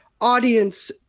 audience